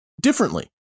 differently